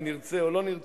אם נרצה או לא נרצה,